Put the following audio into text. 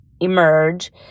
emerge